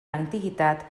antiguitat